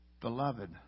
Beloved